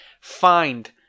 find